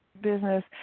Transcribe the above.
business